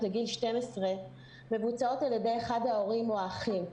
לגיל 12 מבוצעות על ידי אחד ההורים או האחים,